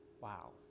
Wow